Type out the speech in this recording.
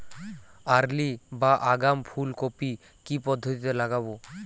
Early বা আগাম ফুল কপি কি পদ্ধতিতে লাগাবো?